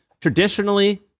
Traditionally